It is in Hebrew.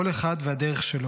כל אחד והדרך שלו.